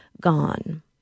gone